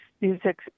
music